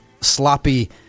sloppy